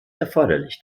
erforderlich